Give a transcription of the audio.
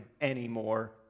anymore